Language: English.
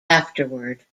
afterward